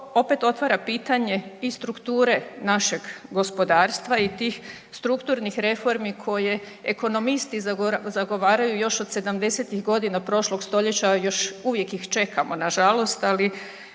opet otvara pitanje i strukture našeg gospodarstva i tih strukturnih reformi koje ekonomisti zagovaraju još od '70.-tih godina prošlog stoljeća, još uvijek ih čekamo nažalost, ali